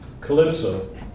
calypso